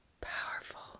powerful